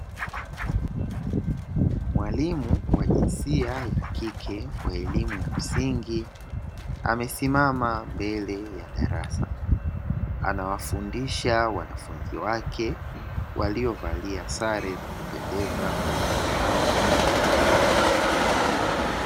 Mwalimu wa jinsia ya kike wa elimu ya msingi, amesimama mbele ya darasa anawafundisha wake walio valia sare za kupendeza zambarau na rangi ya njano.